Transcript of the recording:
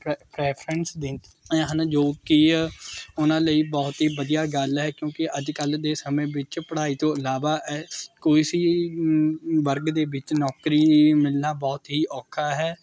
ਪ੍ਰੈ preference ਦਿੰਦੇ ਹਨ ਜੋ ਕਿ ਅ ਉਹਨਾਂ ਲਈ ਬਹੁਤ ਹੀ ਵਧੀਆ ਗੱਲ ਹੈ ਕਿਉਂਕਿ ਅੱਜ ਕੱਲ੍ਹ ਦੇ ਸਮੇਂ ਵਿੱਚ ਪੜ੍ਹਾਈ ਤੋਂ ਇਲਾਵਾ ਕੋਈ ਸੀ ਵਰਗ ਦੇ ਵਿੱਚ ਨੌਕਰੀ ਮਿਲਣਾ ਬਹੁਤ ਹੀ ਔਖਾ ਹੈ